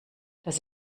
das